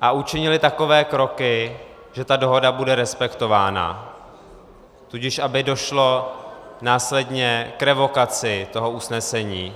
a učinili takové kroky, že ta dohoda bude respektována, tudíž aby došlo následně k revokaci toho usnesení.